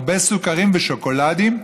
הרבה סוכרים ושוקולדים,